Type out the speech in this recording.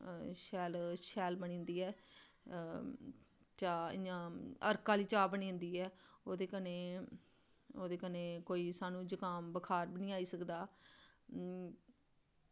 शैल शैल बनी जंदी चाह् इ'यां अरक आह्ली चाह् बनी जंदी ऐ ओह्दे कन्नै ओह्दे कन्नै होर कोई बुखार जुकाम बी निं आई सकदा